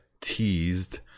teased